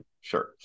Sure